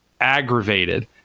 aggravated